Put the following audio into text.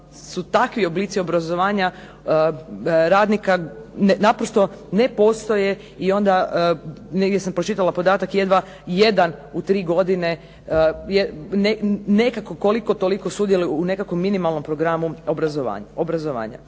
takvi oblici obrazovanja radnika, naprosto ne postoje. Negdje sam pročitala podatak jedva jedan u tri godine nekako koliko toliko sudjeluje u nekakvom minimalnom programu obrazovanja.